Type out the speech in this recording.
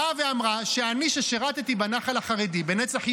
באה ואמרה שאני, ששירתִּי בנחל החרדי, בנצח יהודה,